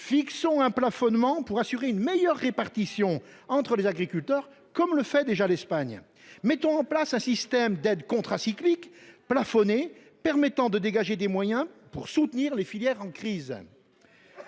Fixons un plafonnement pour assurer une meilleure répartition entre les agriculteurs, comme le fait déjà l’Espagne. Mettons en place un système d’aides contracycliques plafonnées permettant de dégager des moyens pour soutenir les filières en crise.